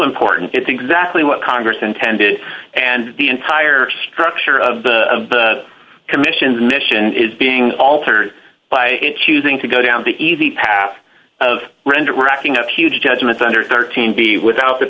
important it's exactly what congress intended and the entire structure of the commission's mission is being altered by choosing to go down the easy path of rendered racking up huge judgments under thirteen b without th